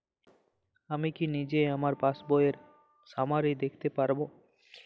আমি কি নিজেই আমার পাসবইয়ের সামারি দেখতে পারব?